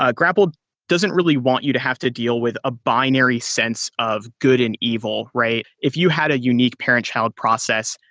ah grapl doesn't really want you to have to deal with a binary sense of good and evil. if you had a unique parent-child process,